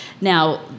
Now